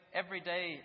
everyday